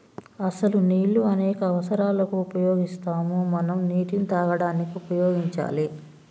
అసలు నీళ్ళు అనేక అవసరాలకు ఉపయోగిస్తాము మనం నీటిని తాగడానికి ఉపయోగించాలి